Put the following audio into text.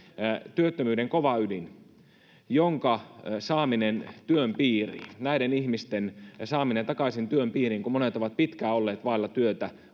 työttömyyden kova ydin jonka saaminen työn piiriin on todella haastavaa näiden ihmisten saaminen takaisin työn piiriin kun monet ovat pitkään olleet vailla työtä